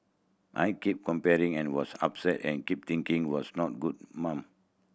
I keep comparing and was upset and kept thinking was not a good mum